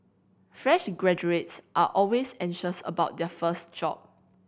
fresh graduates are always anxious about their first job